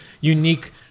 unique